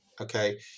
okay